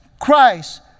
Christ